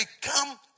become